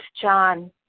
John